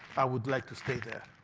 i would like to stay there.